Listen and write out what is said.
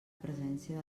presència